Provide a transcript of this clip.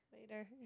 Later